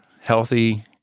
healthy